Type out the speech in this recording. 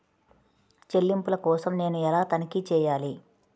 చెల్లింపుల కోసం నేను ఎలా తనిఖీ చేయాలి?